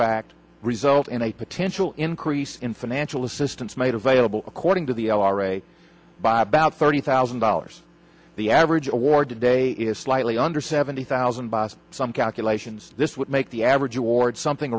fact result in a potential increase in financial assistance made available according to the ira by about thirty thousand dollars the average award today is slightly under seventy thousand by some calculations this would make the average award something